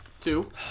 two